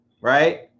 Right